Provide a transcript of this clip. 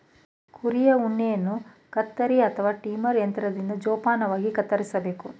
ಕುರಿಯ ಉಣ್ಣೆಯನ್ನು ಕತ್ತರಿ ಅಥವಾ ಟ್ರಿಮರ್ ಯಂತ್ರದಿಂದ ಜೋಪಾನವಾಗಿ ಕತ್ತರಿಸಬೇಕು